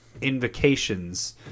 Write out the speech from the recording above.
Invocations